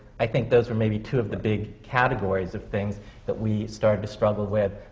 i think those were maybe two of the big categories of things that we started to struggle with,